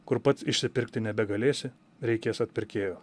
kur pats išsipirkti nebegalėsi reikės atpirkėjo